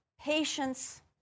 patience